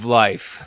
life